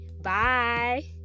bye